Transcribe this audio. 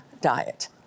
Diet